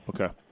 okay